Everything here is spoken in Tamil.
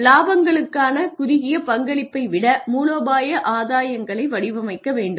இலாபங்களுக்கான குறுகிய பங்களிப்பை விட மூலோபாய ஆதாயங்களை வடிவமைக்க வேண்டும்